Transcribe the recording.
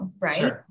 right